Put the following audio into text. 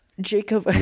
Jacob